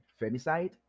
Femicide